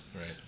Right